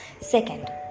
Second